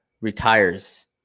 retires